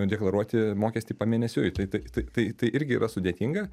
deklaruoti mokestį pamėnesiui tai tai tai irgi yra sudėtinga